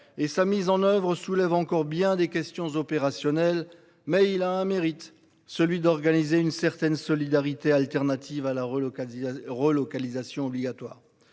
sa mise en oeuvre soulève encore bien des questions opérationnelles, mais il a le mérite d'organiser une forme de solidarité alternative à la relocalisation obligatoire